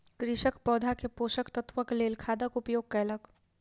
कृषक पौधा के पोषक तत्वक लेल खादक उपयोग कयलक